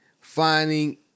finding